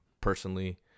Personally